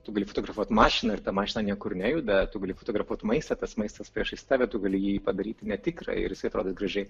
tu gali fotografuoti mašiną ir ta mašina niekur nejuda tu gali fotografuoti maistą tas maistas priešais tave tu gali jį padaryti netikrą ir jis atrodys gražiai